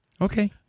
Okay